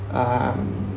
um